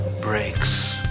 breaks